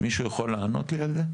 מישהו יכול לענות לי על זה?